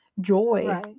Joy